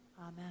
Amen